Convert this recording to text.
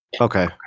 Okay